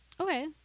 Okay